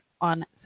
on